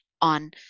on